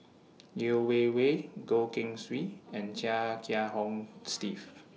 Yeo Wei Wei Goh Keng Swee and Chia Kiah Hong Steve